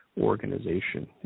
organization